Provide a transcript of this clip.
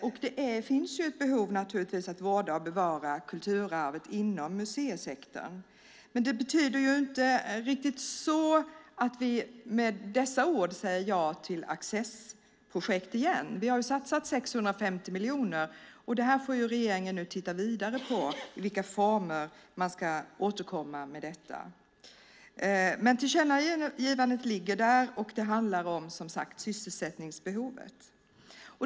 Det finns naturligtvis ett behov av att vårda och bevara kulturarvet inom museisektorn. Men det betyder inte att vi med dessa ord säger ja till accessprojekt igen. Vi har satsat 650 miljoner. Regeringen får titta vidare på i vilka former man ska återkomma om detta. Men tillkännagivandet ligger där, och det handlar, som sagt, om sysselsättningsbehovet.